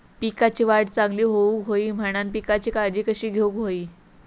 पिकाची वाढ चांगली होऊक होई म्हणान पिकाची काळजी कशी घेऊक होई?